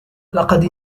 لقد